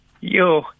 Yo